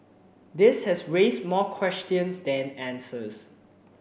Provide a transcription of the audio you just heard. this has raised more questions than answers